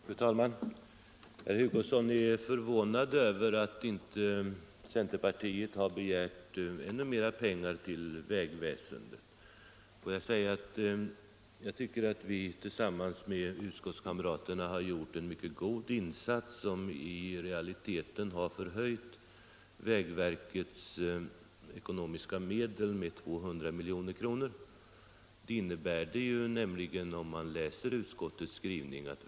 Fru talman! Herr Hugosson är förvånad över att centern inte begärde ännu mer pengar till vägväsendet. Jag tycker att vi tillsammans med utskottskamraterna gjort en mycket god insats som i realiteten förhöjt vägverkets anslag med 200 milj.kr. Det är nämligen vad utskottets skrivning innebär.